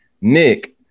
Nick